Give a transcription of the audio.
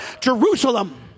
Jerusalem